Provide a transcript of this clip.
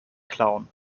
klauen